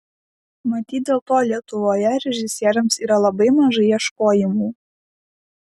matyt dėl to lietuvoje režisieriams yra labai mažai ieškojimų